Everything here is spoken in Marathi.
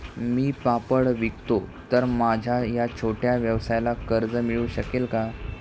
मी पापड विकतो तर माझ्या या छोट्या व्यवसायाला कर्ज मिळू शकेल का?